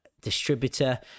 distributor